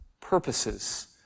purposes